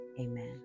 amen